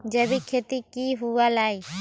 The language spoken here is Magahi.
जैविक खेती की हुआ लाई?